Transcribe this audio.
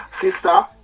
sister